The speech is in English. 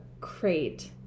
crate